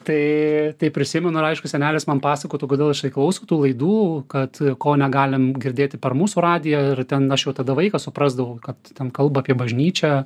tai tai prisimenu ir aišku senelis man pasakotų kodėl jisai klauso tų laidų kad ko negalim girdėti per mūsų radiją ir ten aš jau tada vaikas suprasdavau kad ten kalba apie bažnyčią